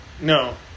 No